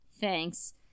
Thanks